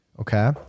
okay